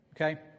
okay